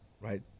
right